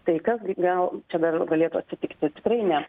tai kas gi gal čia dar galėtų atsitikti tikrai ne